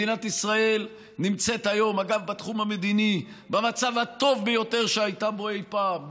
מדינת ישראל נמצאת היום בתחום המדיני במצב הטוב ביותר שהייתה בו אי פעם.